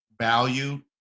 value